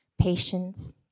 patience